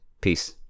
peace